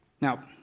Now